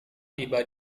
tiba